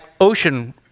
ocean